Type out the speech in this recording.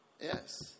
Yes